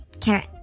Carrot